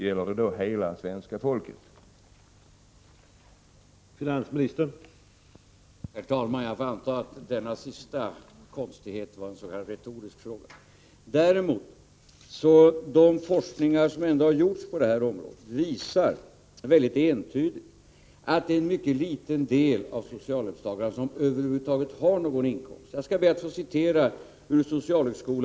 Kommer då hela svenska folket att vara beroende av socialbidrag?